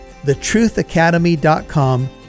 thetruthacademy.com